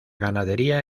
ganadería